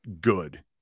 good